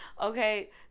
okay